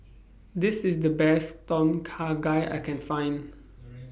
This IS The Best Tom Kha Gai I Can Find